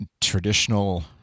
traditional